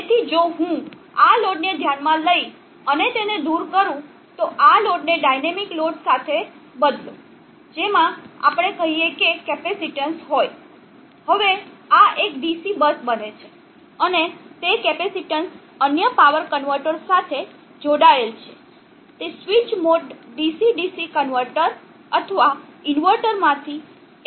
તેથી જો હું આ લોડને ધ્યાનમાં લઈ અને તેને દૂર કરું તો આ લોડને ડાયનામિક લોડ સાથે બદલો જેમાં આપણે કહીએ કે કેપેસિટીન્સ હોય હવે આ એક DC બસ બને છે અને તે કેપેસિટીન્સ અન્ય પાવર કન્વર્ટર સાથે જોડાયેલ છે તે switch mode DC DC converter અથવા ઇન્વર્ટર માંથી એક હોઈ શકે છે